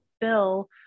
bill